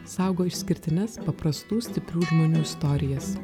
saugo išskirtines paprastų stiprių žmonių istorijas